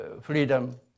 freedom